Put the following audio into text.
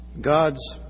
God's